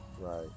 Right